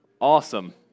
Awesome